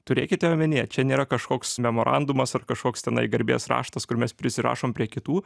turėkite omenyje čia nėra kažkoks memorandumas ar kažkoks tenai garbės raštas kur mes prisirašom prie kitų